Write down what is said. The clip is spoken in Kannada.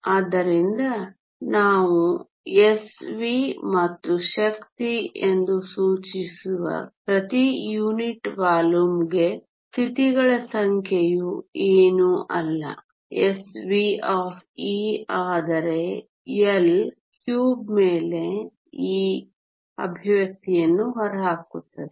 ಆದ್ದರಿಂದ ನಾವು Sv ಮತ್ತು ಶಕ್ತಿ ಎಂದು ಸೂಚಿಸುವ ಪ್ರತಿ ಯೂನಿಟ್ ವಾಲ್ಯೂಮ್ಗೆ ಸ್ಥಿತಿಗಳ ಸಂಖ್ಯೆಯು ಏನೂ ಅಲ್ಲ Sv ಆದರೆ L ಕ್ಯೂಬ್ ಮೇಲೆ ಈ ಎಕ್ಸ್ಪ್ರೆಶನ್ಯನ್ನು ಹೊರಹಾಕುತ್ತದೆ